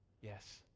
yes